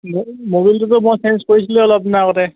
ম' ম'বিলটোতো মই চেঞ্জ কৰিছিলোঁৱেই অলপ দিনৰ আগতে